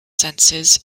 senses